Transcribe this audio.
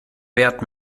wert